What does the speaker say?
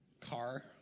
car